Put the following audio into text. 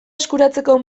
eskuratzeko